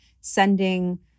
sending